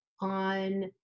on